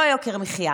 לא יוקר מחיה,